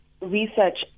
research